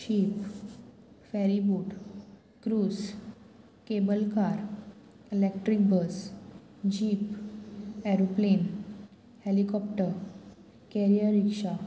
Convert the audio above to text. ship ferryboat cruise cable car electric bus jeep aeroplane helicopter carrier rickshaw